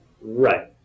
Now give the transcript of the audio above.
Right